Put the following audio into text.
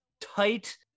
tight